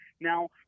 Now